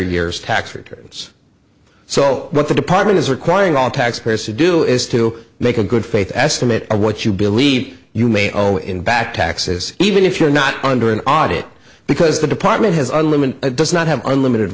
years tax returns so what the department is requiring all taxpayers to do is to make a good faith estimate of what you believe you may owe in back taxes even if you're not under an audit because the department has a limit does not have unlimited